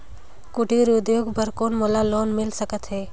कुटीर उद्योग बर कौन मोला लोन मिल सकत हे?